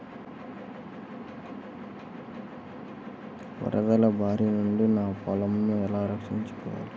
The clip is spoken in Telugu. వరదల భారి నుండి నా పొలంను ఎలా రక్షించుకోవాలి?